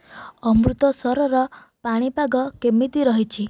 ଅମୃତସର୍ ର ପାଣିପାଗ କେମିତି ରହିଛି